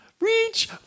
Reach